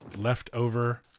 leftover